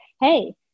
hey